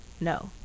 no